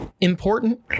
important